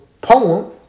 poem